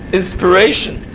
inspiration